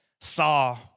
saw